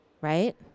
right